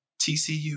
TCU